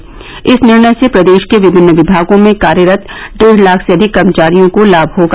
इंस निर्णय से प्रदेश के विभिन्न विभागों में कार्यरत डेढ़ लाख से अधिक कर्मचारियों को लाभ होगा